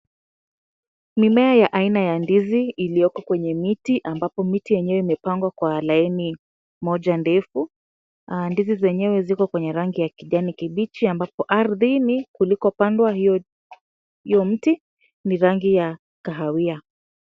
Mimea ya aina ya ndizi iliyoko kwenye miti ambapo miti yenyewe imepangwa kwa laini moja ndefu , ndizi zenyewe ziko kwenye rangi ya kijani kibichi ambako ardhini kulikopandwa hio mti ni rangi ya kahawia.